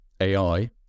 ai